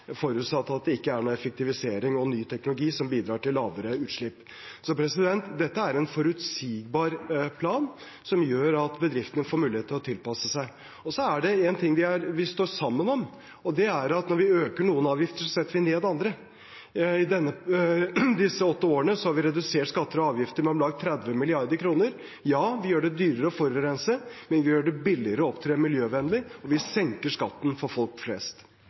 forutsatt at det ikke er noen effektivisering og ny teknologi som bidrar til lavere utslipp. Dette er en forutsigbar plan som gjør at bedriftene får mulighet til å tilpasse seg. Så er det én ting vi står sammen om, og det er at når vi øker noen avgifter, setter vi ned andre. I disse åtte årene har vi redusert skatter og avgifter med om lag 30 mrd. kr. Ja, vi gjør det dyrere å forurense, men vi gjør det billigere å opptre miljøvennlig, og vi senker skatten for folk flest.